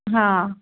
हा